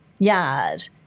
Yard